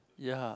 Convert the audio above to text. ya